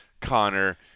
Connor